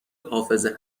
حافظه